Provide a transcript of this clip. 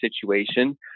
situation